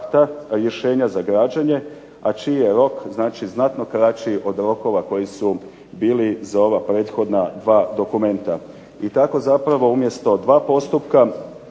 rješenja za građenje, a čiji je rok znači znatno kraći od rokova koji su bili za ova prethodna 2 dokumenta. I tako zapravo umjesto 2 postupka,